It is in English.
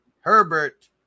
Herbert